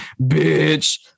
Bitch